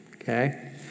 okay